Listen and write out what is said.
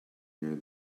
near